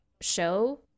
show